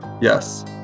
Yes